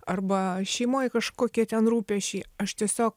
arba šeimoj kažkokie ten rūpesčiai aš tiesiog